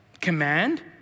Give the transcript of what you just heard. command